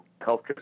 healthcare